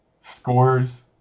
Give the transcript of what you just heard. scores